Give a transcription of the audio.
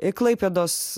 į klaipėdos